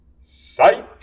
Sight